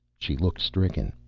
she looked stricken.